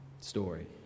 story